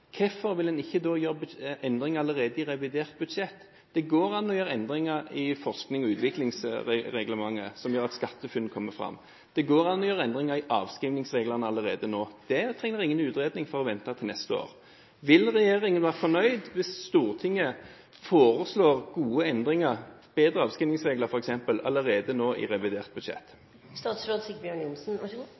hvorfor vil en da ikke gjøre endringer allerede i revidert budsjett? Det går an å gjøre endringer i forsknings- og utviklingsreglementet som gjør at SkatteFUNN kommer fram. Det går an å gjøre endringer i avskrivningsreglene allerede nå. Der trengs ingen utredning – for å vente til neste år. Vil regjeringen være fornøyd hvis Stortinget foreslår gode endringer, f.eks. bedre avskrivningsregler, allerede nå i revidert budsjett?